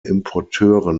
importeure